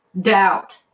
doubt